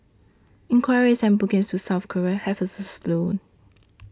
inquiries and bookings to South Korea have also slowed